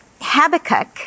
Habakkuk